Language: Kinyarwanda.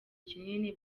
kinini